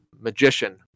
magician